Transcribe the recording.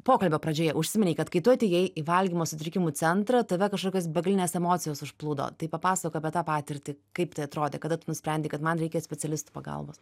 pokalbio pradžioje užsiminei kad kai tu atėjai į valgymo sutrikimų centrą tave kažkokios begalinės emocijos užplūdo tai papasakok apie tą patirtį kaip tai atrodė kad tu nusprendei kad man reikia specialistų pagalbos